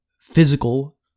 physical